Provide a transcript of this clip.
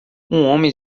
homem